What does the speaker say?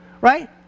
right